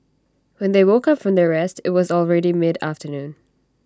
when they woke up from their rest IT was already mid afternoon